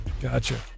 Gotcha